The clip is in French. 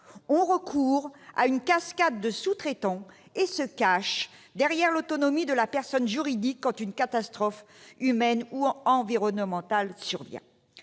ont recours à une cascade de sous-traitants et se cachent derrière l'autonomie de la personne juridique quand une catastrophe humaine ou environnementale survient.